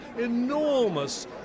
enormous